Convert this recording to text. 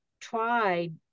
tried